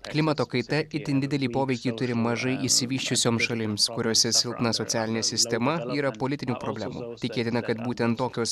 klimato kaita itin didelį poveikį turi mažai išsivysčiusioms šalims kuriose silpna socialinė sistema yra politinių problemų tikėtina kad būtent tokios